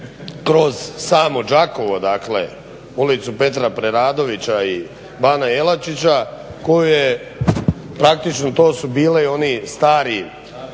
kroz samo Đakovo ulicu Petra Preradovića i bana Jelačića koju je praktično to su bili oni stari